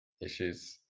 issues